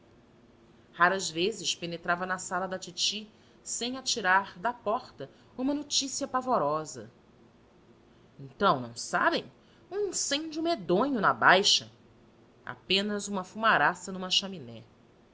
raras vezes penetrava na sala da titi sem atirar logo da porta uma notícia pavorosa então não sabem um incêndio medonho na baixa apenas uma fumaraça numa chaminé